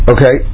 Okay